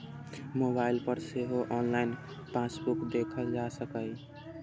mobile पर सेहो online passbook देखल जा सकैए